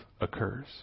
occurs